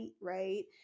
Right